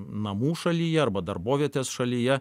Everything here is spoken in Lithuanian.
namų šalyje arba darbovietės šalyje